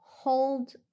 Hold